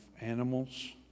animals